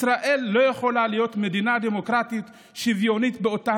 ישראל לא יכולה להיות מדינה דמוקרטית ושוויונית באותה